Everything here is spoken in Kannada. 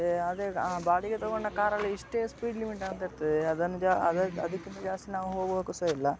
ಮತ್ತು ಅದೆ ಗಾ ಬಾಡಿಗೆ ತಗೊಂಡ ಕಾರಲ್ಲಿ ಇಷ್ಟೇ ಸ್ಪೀಡ್ ಲಿಮಿಟ್ ಅಂತಿರ್ತದೆ ಅದನ್ನು ಜಾ ಅದು ಅದಕ್ಕಿಂತ ಜಾಸ್ತಿ ನಾವು ಹೋಗುವಾಗು ಸಹ ಇಲ್ಲ